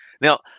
Now